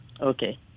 okay